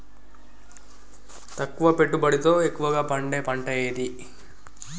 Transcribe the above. తక్కువ పెట్టుబడితో ఎక్కువగా పండే పంట ఏది?